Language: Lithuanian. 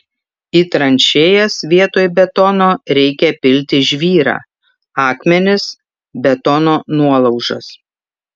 į tranšėjas vietoj betono reikia pilti žvyrą akmenis betono nuolaužas